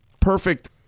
perfect